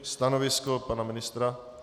Stanovisko pana ministra?